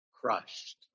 crushed